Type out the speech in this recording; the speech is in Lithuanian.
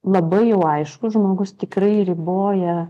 labai jau aišku žmogus tikrai riboja